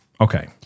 Okay